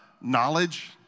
knowledge